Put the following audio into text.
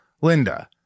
linda